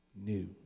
new